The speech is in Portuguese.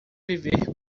viver